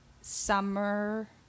summer